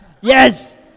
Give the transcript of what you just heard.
Yes